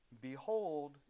behold